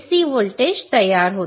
C voltage तयार होते